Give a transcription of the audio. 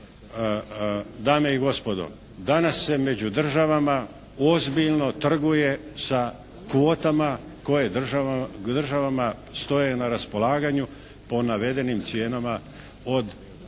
dame i gospodo danas se među državama ozbiljno trguje sa kvotama koje državama stoje na raspolaganju po navedenim cijenama od negdje